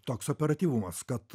toks operatyvumas kad